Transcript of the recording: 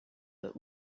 but